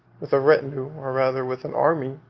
with a retinue, or rather with an army,